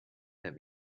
let